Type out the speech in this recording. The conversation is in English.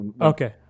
Okay